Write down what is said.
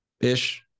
ish